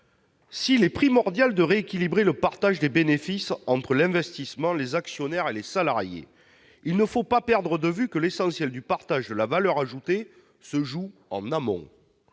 S'il est primordial de rééquilibrer le partage des bénéfices entre l'investissement, les actionnaires, et les salariés, il ne faut pas perdre de vue que l'essentiel du partage de la valeur ajoutée se joue en amont.